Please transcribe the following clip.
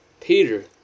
Peter